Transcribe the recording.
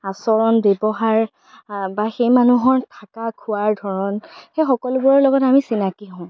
আচৰণ ব্যৱহাৰ বা সেই মানুহৰ থকা খোৱাৰ ধৰণ এই সকলোবোৰৰ লগত আমি চিনাকি হওঁ